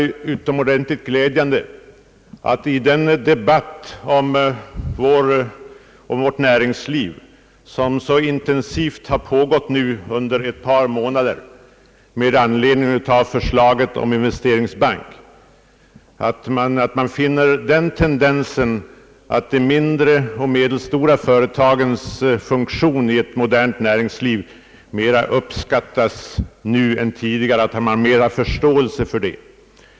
Jag tycker det är glädjande att kunna konstatera att i den debatt om vårt näringsliv, som nu har pågått så intensivt under ett par månader med anledning av förslaget om investeringsbank, de mindre och medelstora företagens betydeise för ett modernt näringsliv röner mera förståelse än tidigare.